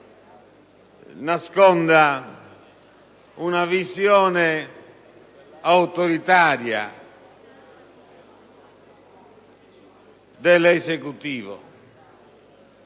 nasconda una visione autoritaria dell'Esecutivo,